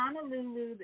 Honolulu